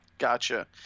Gotcha